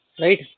Right